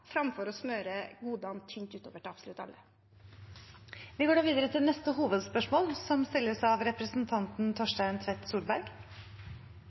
framfor å smøre godene tynt utover til absolutt alle. Vi går videre til neste hovedspørsmål.